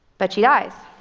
but she dies.